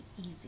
easy